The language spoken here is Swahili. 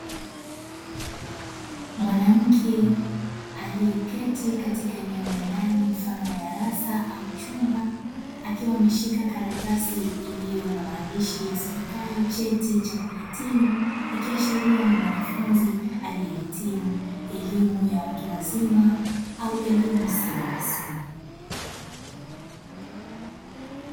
Mwanamke aliyeketi eneo la ndani mfano wa darasa au chumba akiwa ameshika karatasi iliyo na maandishi yasomekayo cheti cha kuhitimu, ikiashiria ni mwanafunzi aliyehitimu elimu ya watu wazima au elimu isiyo rasmi.